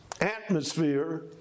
atmosphere